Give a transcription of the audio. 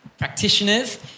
practitioners